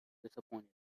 disappointed